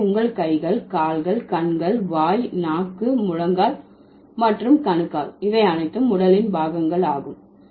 எனவே உங்கள் கைகள் கால்கள் கண்கள் வாய் நாக்கு முழங்கால் மற்றும் கணுக்கால் இவை அனைத்தும் உடலின் பாகங்கள் ஆகும்